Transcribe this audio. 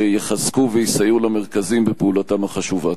שיחזקו ויסייעו למרכזים בפעולתם החשובה.